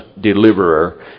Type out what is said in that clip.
deliverer